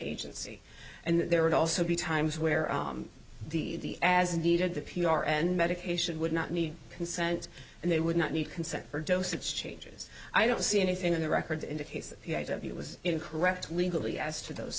agency and there would also be times where the as needed the p r and medication would not need consent and they would not need consent or dosage changes i don't see anything in the record indicates that it was incorrect legally as to those